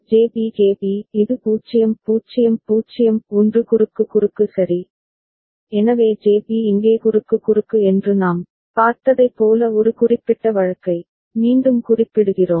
JB KB இது 0 0 0 1 குறுக்கு குறுக்கு சரி எனவே JB இங்கே குறுக்கு குறுக்கு என்று நாம் பார்த்ததைப் போல ஒரு குறிப்பிட்ட வழக்கை மீண்டும் குறிப்பிடுகிறோம்